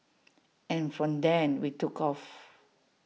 and from then we took off